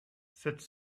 sept